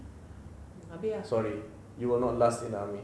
sorry you will not last in the army